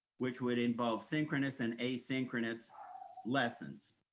which would involve synchronous and asynchronous lessons.